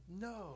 No